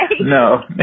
no